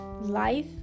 life